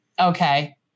Okay